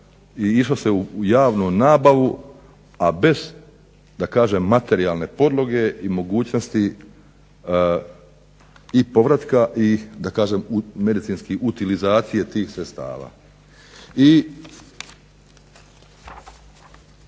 išlo se u javnu nabavu a bez da kažem materijalne podloge i mogućnosti povratka i medicinski … tih sredstava. I